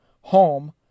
home